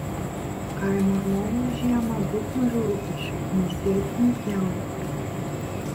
kaimo žmogui žiemą daug mažiau rūpesčių nei sėti nei pjauti